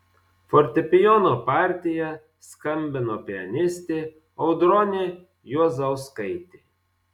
fortepijono partiją skambino pianistė audronė juozauskaitė